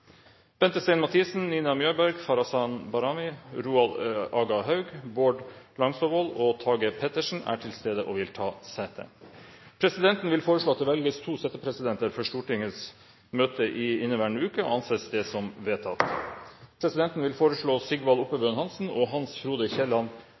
Bente Stein Mathisen, Nina Mjøberg, Farahnaz Bahrami, Roald Aga Haug, Bård Langsåvold og Tage Pettersen er til stede og vil ta sete. Presidenten vil foreslå at det velges to settepresidenter for Stortingets møter i inneværende uke – og anser det som vedtatt. Presidenten vil foreslå Sigvald